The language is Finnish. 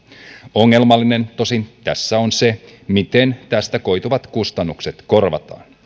ongelmallista tosin tässä on se miten tästä koituvat kustannukset korvataan